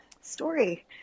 story